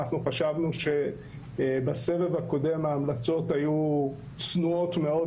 חשבנו שבסבב הקודם ההמלצות היו צנועות מאוד,